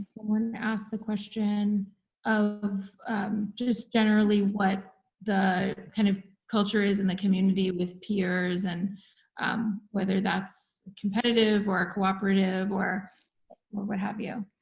asked the question of just generally what the kind of culture is in the community with peers and whether that's competitive or cooperative or or what have you.